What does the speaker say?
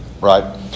right